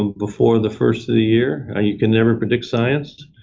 before the first of the year. ah you can never predict science,